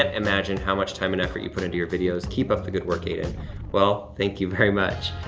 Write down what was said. and imagine how much time and effort you put into your videos. keep up the good work, aiden. well, thank you very much.